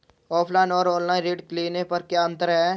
Offline और online ऋण लेने में क्या अंतर है?